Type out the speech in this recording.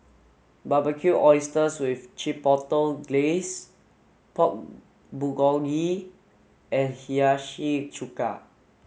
Barbecued Oysters with Chipotle Glaze Pork Bulgogi and Hiyashi chuka